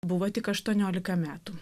buvo tik aštuoniolika metų